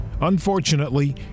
Unfortunately